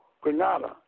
Granada